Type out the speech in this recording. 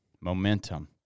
Momentum